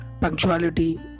punctuality